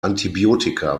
antibiotika